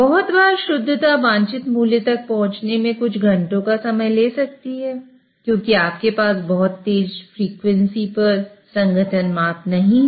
बहुत बार शुद्धता वांछित मूल्य तक पहुंचने में कुछ घंटों का समय ले सकती है क्योंकि आपके पास बहुत तेज फ्रीक्वेंसी पर संघटन माप नहीं है